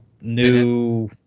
new